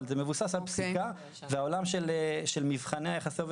אבל זה מבוסס על פסיקה והעולם של מבחני יחסי עובד